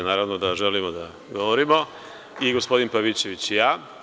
Naravno da želimo da govorimo i gospodin Pavićević i ja.